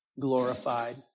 glorified